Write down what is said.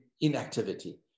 inactivity